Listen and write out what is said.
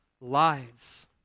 lives